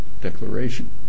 declaration